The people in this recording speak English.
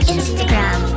Instagram